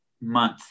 month